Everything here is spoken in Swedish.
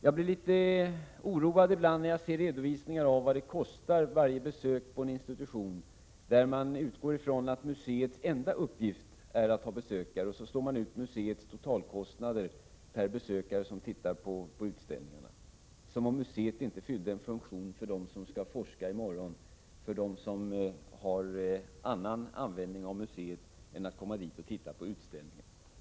Jag blir litet oroad ibland när jag ser redovisningar av vad varje besök på en institution kostar, där man utgår ifrån att museets enda uppgift är att ha besökare och slår ut museets totalkostnader på varje besökare som tittar på utställningar — som om museet inte fyllde en funktion för dem som skall forska i morgon och för dem som har annan användning av museet än att komma dit för att se på utställningar.